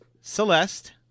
Celeste